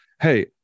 hey